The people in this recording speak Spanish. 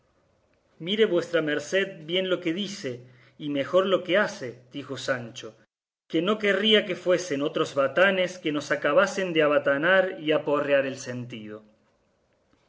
mire vuestra merced bien lo que dice y mejor lo que hace dijo sanchoque no querría que fuesen otros batanes que nos acabasen de abatanar y aporrear el sentido